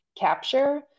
capture